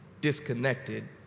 disconnected